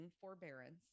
forbearance